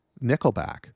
Nickelback